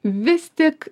vis tik